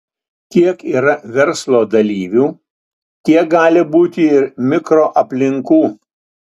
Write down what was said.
kiek yra verslo dalyvių tiek gali būti ir mikroaplinkų